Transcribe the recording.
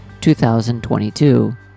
2022